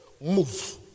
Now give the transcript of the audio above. Move